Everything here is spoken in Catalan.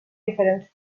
diferents